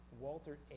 Walter